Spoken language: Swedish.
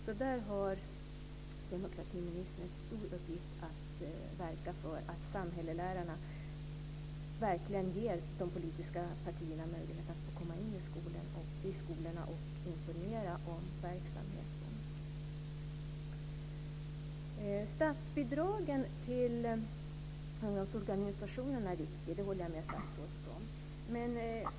Demokratiministern har en stor uppgift att verka för att samhällslärarna verkligen ger de politiska partierna en möjlighet att komma in i skolorna och informera om verksamheten. Statsbidragen till ungdomsorganisationerna är viktiga. Det håller jag med statsrådet om.